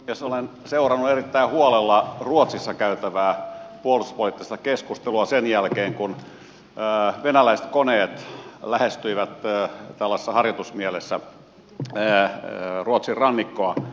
olen seurannut erittäin huolella ruotsissa käytävää puolustuspoliittista keskustelua sen jälkeen kun venäläiset koneet lähestyivät harjoitusmielessä ruotsin rannikkoa